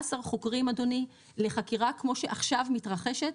15 חוקרים, אדוני, לחקירה כמו שעכשיו מתרחשת,